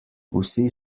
vsi